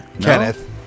Kenneth